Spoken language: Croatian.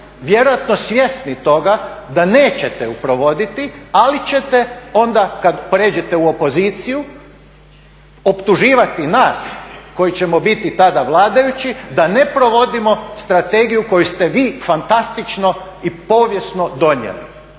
Vjerojatno svjesni toga da nećete ju provoditi, ali ćete onda kad pređete u opoziciju optuživati nas koji ćemo biti tada vladajući da ne provodimo strategiju koju ste vi fantastično i povijesno donijeli.